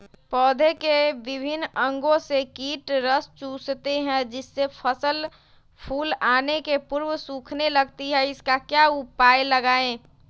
पौधे के विभिन्न अंगों से कीट रस चूसते हैं जिससे फसल फूल आने के पूर्व सूखने लगती है इसका क्या उपाय लगाएं?